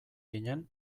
ginen